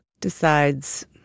decides